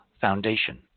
Foundation